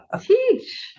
teach